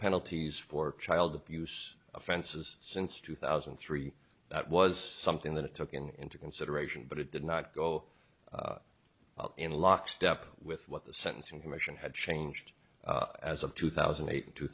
penalties for child abuse offenses since two thousand and three that was something that it took in into consideration but it did not go in lockstep with what the sentencing commission had changed as of two thousand and eight and two